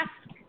ask